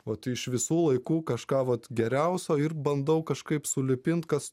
vat iš visų laikų kažką vat geriausio ir bandau kažkaip sulipint kas